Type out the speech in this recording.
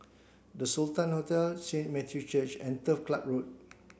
The Sultan Hotel Saint Matthew's Church and Turf Ciub Road